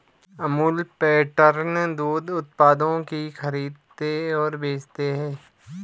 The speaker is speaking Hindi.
अमूल पैटर्न दूध उत्पादों की खरीदते और बेचते है